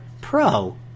Pro